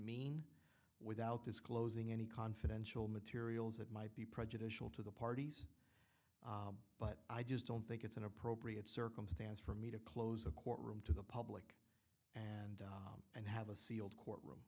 mean without disclosing any confidential materials that might be prejudicial to the parties but i just don't think it's an appropriate circumstance for me to close a courtroom to the public and and have a sealed courtroom